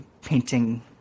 painting